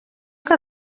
que